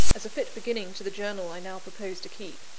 as a fit beginning to the journal i now propose to keep,